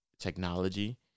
technology